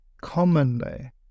commonly